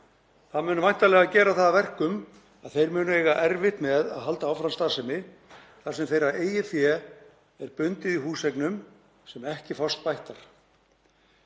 Það mun væntanlega gera það að verkum að þeir munu eiga erfitt með að halda áfram starfsemi þar sem þeirra eigið fé er bundið í húseignum sem ekki fást bættar.